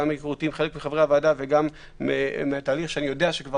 גם מהיכרותי עם חלק מחברי הוועדה וגם מהתהליך שכבר